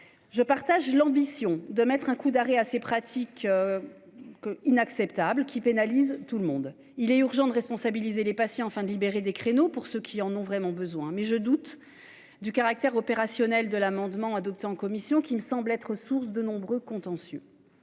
Je partage l'ambition de mettre un coup d'arrêt à ces pratiques. Que inacceptable qui pénalisent tout le monde. Il est urgent de responsabiliser les patients, afin de libérer des créneaux pour ceux qui en ont vraiment besoin mais je doute du caractère opérationnel de l'amendement adopté en commission qui me semble être sources de nombreux contentieux.